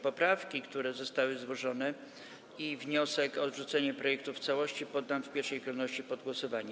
Poprawki, które zostały złożone, i wniosek o odrzucenie projektu w całości poddam w pierwszej kolejności pod głosowanie.